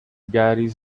gary